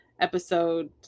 episode